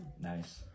Nice